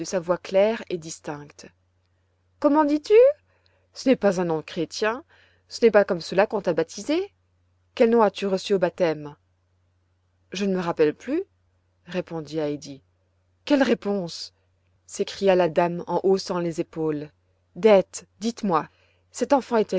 voix claire et distincte comment dis-tu ce n'est pas un nom chrétien ce n'est pas comme cela qu'on t'a baptisée quel nom as-tu reçu au baptême je ne me rappelle plus répondit heidi quelle réponse s'écria la dame en haussant les épaules dete dites-moi cette enfant